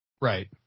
Right